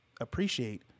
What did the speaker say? Appreciate